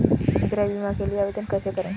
गृह बीमा के लिए आवेदन कैसे करें?